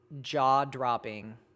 jaw-dropping